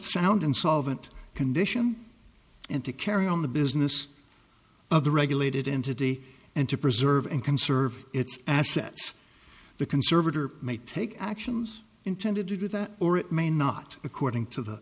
sound and solvent condition and to carry on the business of the regulated entity and to preserve and conserve its assets the conservator may take actions intended to do that or it may not according to the